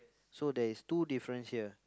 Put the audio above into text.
so there is two difference here